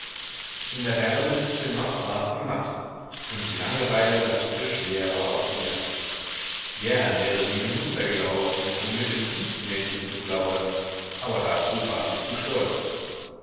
in der wärme des zimmers ward sie matt und die langeweile lastete schwerer auf ihr gern wäre sie hinuntergelaufen um mit dem dienstmädchen zu plaudern aber dazu war sie zu stolz